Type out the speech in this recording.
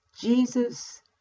Jesus